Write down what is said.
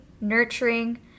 nurturing